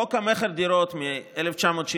חוק המכר (דירות) מ-1973,